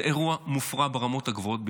זה אירוע מופרע ברמות הגבוהות ביותר.